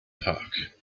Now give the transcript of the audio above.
park